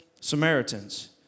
Samaritans